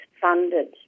funded